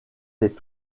est